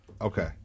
Okay